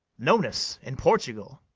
nones in portugal,